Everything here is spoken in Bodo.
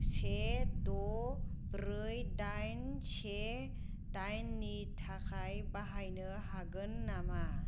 से द' ब्रै दाइन से दाइननि थाखाय बाहायनो हागोन नामा